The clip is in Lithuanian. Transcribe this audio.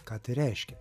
ką tai reiškia